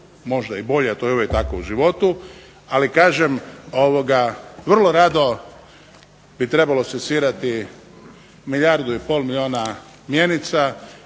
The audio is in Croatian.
mogao i bolje, ali to je uvijek tako u životu, ali kažem vrlo rado bi trebalo secirati milijardu i pol milijuna mjenica